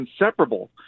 inseparable